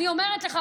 אני אומרת לך,